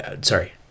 Sorry